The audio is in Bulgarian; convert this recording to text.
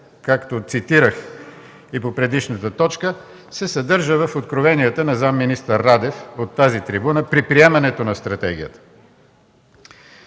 както цитирах и по предишната точка, се съдържа в откровенията на заместник-министър Радев от тази трибуна при приемането на Стратегията.